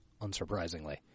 unsurprisingly